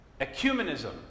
ecumenism